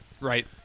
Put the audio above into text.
Right